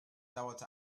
dauerte